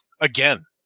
Again